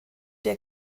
der